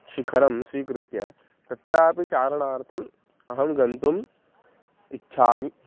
शिखरं स्वीकृत्य तत्रापि चारणार्थम् अहं गन्तुम् इच्छामि